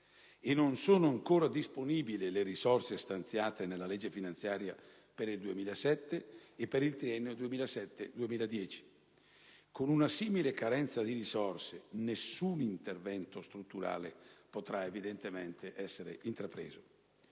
E non sono ancora disponibili le risorse stanziate nella legge finanziaria per il 2007 per il triennio 2007-2010. Con una simile carenza di risorse, nessun intervento strutturale potrà evidentemente essere intrapreso.